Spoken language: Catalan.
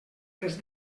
les